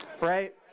right